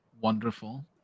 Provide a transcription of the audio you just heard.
wonderful